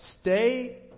stay